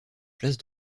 place